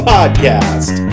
Podcast